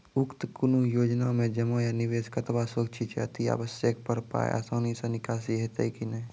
उक्त कुनू योजना मे जमा या निवेश कतवा सुरक्षित छै? अति आवश्यकता पर पाय आसानी सॅ निकासी हेतै की नै?